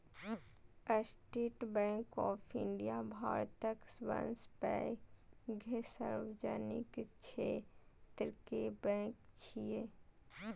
state Bank of India भारतक सबसं पैघ सार्वजनिक क्षेत्र के बैंक छियै